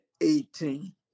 eighteen